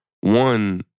One